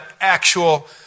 actual